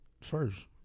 first